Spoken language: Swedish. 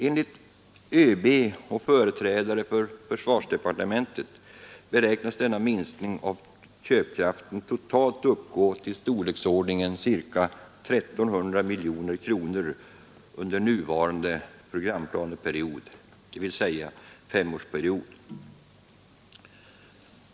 Enligt ÖB och företrädare för försvarsdepartementet beräknas denna minskning av köpkraften totalt uppgå till ca 1 300 miljoner kronor under nuvarande programplaneperiod, dvs. femårsperiod.